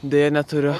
deja neturiu